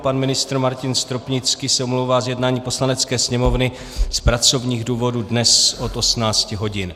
Pan ministr Martin Stropnický se omlouvá z jednání Poslanecké sněmovny z pracovních důvodů dnes od 18 hodin.